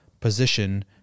Position